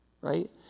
Right